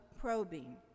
probing